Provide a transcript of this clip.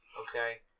okay